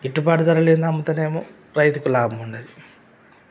గిట్టుబాటు ధర లేనిదే అమ్ముతాడేమో రైతుకు లాభం ఉండదు